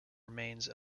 remains